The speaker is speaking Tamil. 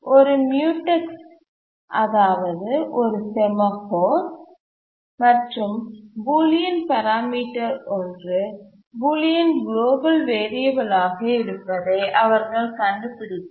ஒரு மியூடெக்ஸ் அதாவது ஒரு செமாஃபோர் மற்றும் பூலியன் பராமீட்டர் ஒன்று பூலியன் குளோபல் வேரியபல் ஆக இருப்பதை அவர்கள் கண்டு பிடித்தனர்